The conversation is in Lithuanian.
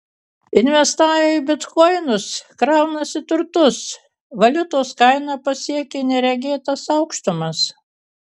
investavę į bitkoinus kraunasi turtus valiutos kaina pasiekė neregėtas aukštumas